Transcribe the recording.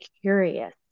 curious